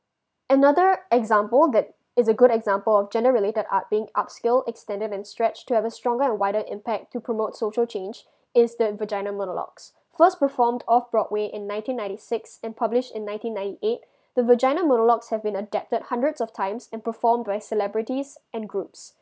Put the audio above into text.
another example that is a good example of gender related art being upscale extended and stretch to have a stronger and wider impact to promote social change is the vagina monologues first performed off broadway in nineteen ninety six and publish in nineteen ninety eight the vagina monologues have been adapted hundreds of times and performed by celebrities and groups